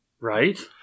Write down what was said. Right